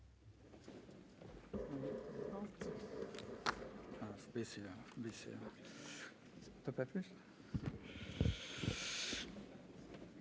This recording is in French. Merci